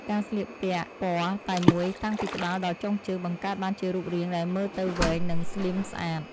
ការស្លៀកពាក់ពណ៌តែមួយតាំងពីក្បាលដល់ចុងជើងបង្កើតបានជារូបរាងដែលមើលទៅវែង និងស្លីមស្អាត។